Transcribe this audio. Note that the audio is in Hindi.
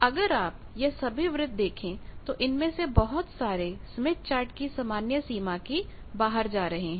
अगर आप यह सभी वृत्त देखें तो इनमें से बहुत सारे स्मिथ चार्ट की सामान्य सीमा की बाहर जा रहे हैं